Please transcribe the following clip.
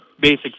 basic